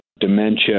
dementia